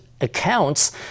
accounts